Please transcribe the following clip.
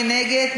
מי נגד?